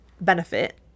benefit